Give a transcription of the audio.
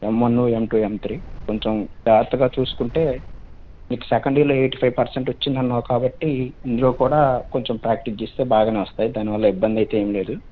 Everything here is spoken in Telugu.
యం one M two M three కొంచెం జాగ్రత్తగా చూసుకుంటే నీకు సెకండ్ ఇయర్లో ఎయిటీ ఫైవ్ పర్సెంట్ వచ్చింది అన్నావు కాబట్టి ఇందులో కూడా కొంచెం ప్రాక్టీస్ చేస్తే బాగానే వస్తాయి దానివల్ల ఇబ్బంది అయితే ఏమి లేదు